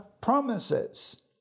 promises